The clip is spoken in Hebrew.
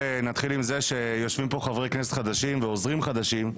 נתחיל עם זה שיושבים פה חברי כנסת חדשים ועוזרים חדשים.